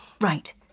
Right